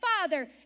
father